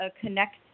connect